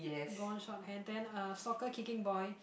bronze short hair then uh soccer kicking boy